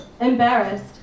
embarrassed